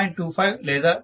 25 లేదా 3